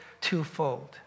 twofold